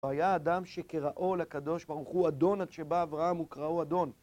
והיה אדם שקראו לקדוש ברוך הוא- אדון התשובה, אברהם וקראו אדון